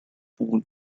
boone